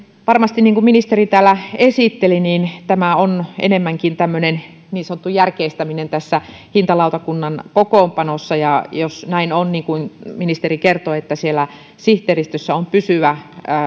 varmasti niin kuin ministeri täällä esitteli tämä on enemmänkin tämmöinen niin sanottu järkeistäminen tässä hintalautakunnan kokoonpanossa jos näin on niin kuin ministeri kertoi että siellä sihteeristössä on pysyvä